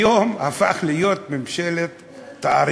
היום זה הפך להיות ממשלת תארים,